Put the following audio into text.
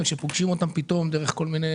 אבל כשפוגשים אותם פתאום דרך כל מיני